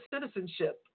citizenship